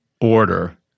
order